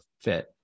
fit